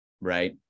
right